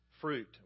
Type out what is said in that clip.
fruit